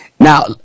Now